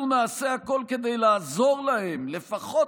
"אנחנו נעשה הכול כדי לעזור להם לפחות